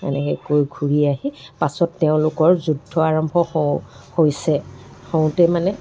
এনেকৈ কৈ ঘুৰি আহি পাছত তেওঁলোকৰ যুদ্ধ আৰম্ভ হওঁ হৈছে হওঁতেই মানে